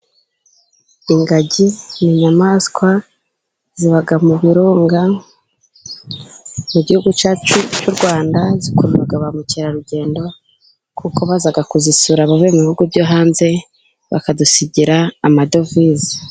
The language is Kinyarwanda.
Ingagi ni inyamaswa ziba mu birunga. Mu gihugucu cyacu cy'u Rwanda zikurura ba mukerarugendo, kuko baza kuzisura bo mu bihugu byo hanze, bakadusigira amadovize.